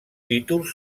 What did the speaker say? títols